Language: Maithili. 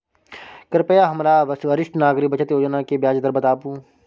कृपया हमरा वरिष्ठ नागरिक बचत योजना के ब्याज दर बताबू